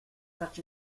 such